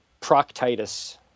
proctitis